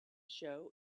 show